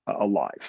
alive